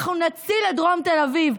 אנחנו נציל את דרום תל אביב.